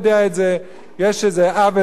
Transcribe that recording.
יש איזה עוול משווע,